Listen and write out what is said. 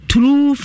True